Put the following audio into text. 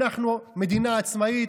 אנחנו מדינה עצמאית?